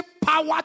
power